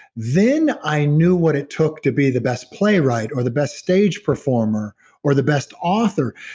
then i knew what it took to be the best player right or the best stage performer or the best author.